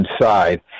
inside